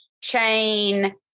chain